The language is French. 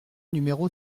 numéro